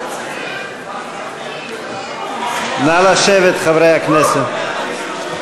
נא לשבת, חברי הכנסת.